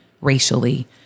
racially